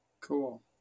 Cool